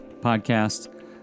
podcast